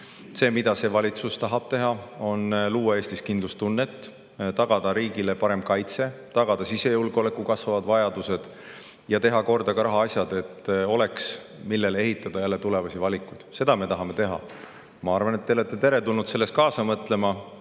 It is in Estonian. ühendab. See valitsus tahab luua Eestis kindlustunnet, tagada riigile parem kaitse, tagada sisejulgeoleku kasvavate vajaduste [katmise] ja teha korda ka rahaasjad, et oleks, millele ehitada tulevasi valikuid. Seda me tahame teha. Ma arvan, et te olete teretulnud kaasa mõtlema.